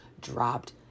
dropped